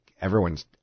everyone's